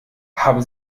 haben